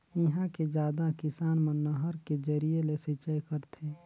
इहां के जादा किसान मन नहर के जरिए ले सिंचई करथे